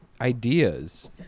ideas